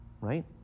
right